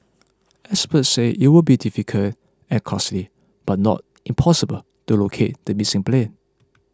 experts say it will be difficult and costly but not impossible to locate the missing plane